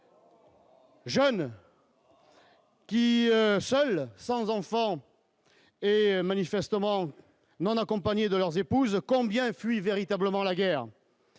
physique. Seul, sans enfant, et manifestement non accompagnés de leurs épouses combien fuient véritablement la guerre